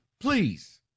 please